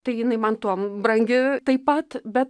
tai jinai man tuom brangi taip pat bet